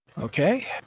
Okay